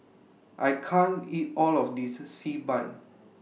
I can't eat All of This Xi Ban